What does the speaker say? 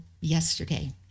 yesterday